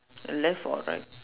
left or right